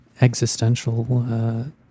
existential